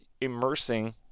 immersing